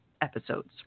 episodes